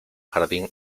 jardín